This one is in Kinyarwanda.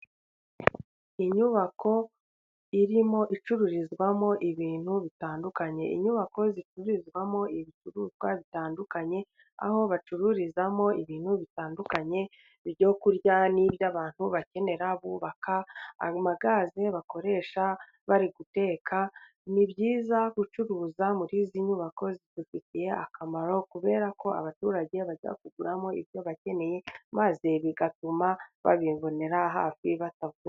Inyubako irimo icururizwamo ibintu bitandukanye. Inyubako zicururizwamo ibicuruzwa bitandukanye, aho bacururizamo ibintu bitandukanye: Ibyo kurya n'iby'abantu bakenera bubaka, amagaze bakoresha bari guteka. Ni byiza gucuruza muri izi nyubako, zibafitiye akamaro kubera ko abaturage bajya bazaguramo ibyo bakeneye maze bigatuma babibonera hafi batavu...